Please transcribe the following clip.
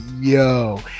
yo